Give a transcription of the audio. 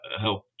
help